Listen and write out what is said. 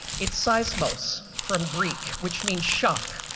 its seismos from greek, which means shock,